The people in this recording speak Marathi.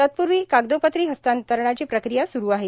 तत्पूर्वी कागदोपत्री हस्तांतरणाची प्रक्रिया सुरू आहे